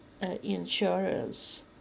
insurance